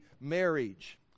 marriage